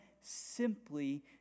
simply